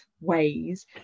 ways